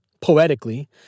poetically